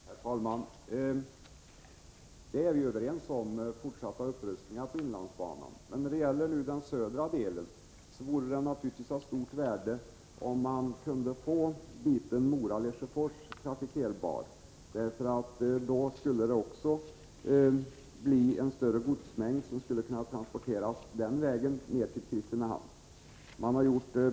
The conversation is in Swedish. Herr talman! Vi är överens om att det skall ske en fortsatt upprustning av inlandsbanan, men när det gäller den södra delen vore det naturligtvis av stort värde att få biten Mora—-Lesjöfors trafikerbar. Då skulle också en större godsmängd kunna transporteras den vägen ned till Kristinehamn.